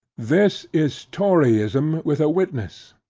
this is toryism with a witness!